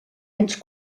anys